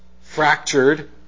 fractured